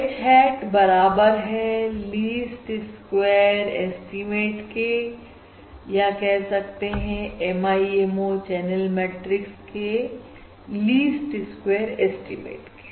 H hat बराबर है least square estimate के या कह सकते हैं MIMO चैनल मैट्रिक्स के लीस्ट स्क्वेयर एस्टीमेट के